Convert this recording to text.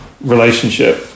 relationship